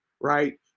right